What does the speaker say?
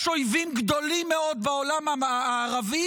יש אויבים גדולים מאוד בעולם הערבי